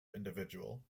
individual